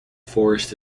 forest